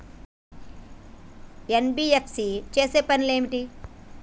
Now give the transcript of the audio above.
NBFC చేసే పనులు ఏమిటి?